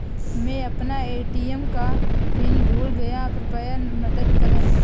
मै अपना ए.टी.एम का पिन भूल गया कृपया मदद करें